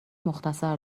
مختصر